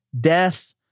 death